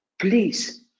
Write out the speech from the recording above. please